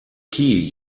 key